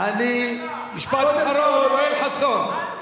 משפט אחרון יואל חסון.